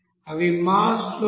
అవి mass flow rate m4